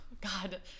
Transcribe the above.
God